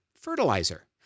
Fertilizer